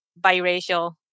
biracial